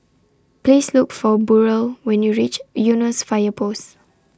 Please Look For Burrel when YOU REACH Eunos Fire Post